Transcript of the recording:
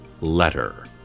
letter